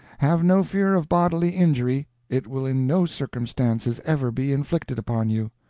have no fear of bodily injury it will in no circumstances ever be inflicted upon you.